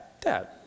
Dad